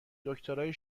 دکترای